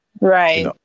Right